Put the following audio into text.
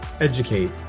educate